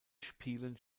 spielen